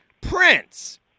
Prince